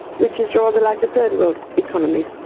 which is rather like a third world economy.